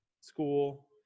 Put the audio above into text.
school